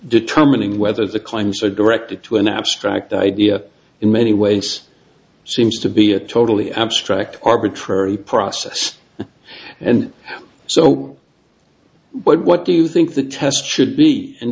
determining whether the claims are directed to an abstract idea in many ways seems to be a totally abstract arbitrary process and so what do you think the test should be in